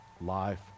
life